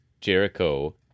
Jericho